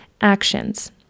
actions